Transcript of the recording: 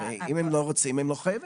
הרי, אם הם לא רוצים, הם לא חייבים